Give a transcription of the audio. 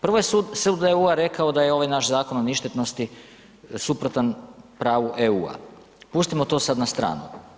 Prvo je sud EU-a rekao da je ovaj zakon o ništetnosti suprotan pravu EU-a, pustimo to sad na stranu.